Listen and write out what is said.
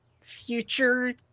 future